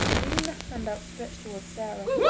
leaving the hand outstretched toward sarah,